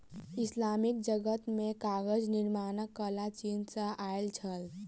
Islamic जगत मे कागज निर्माणक कला चीन सॅ आयल छल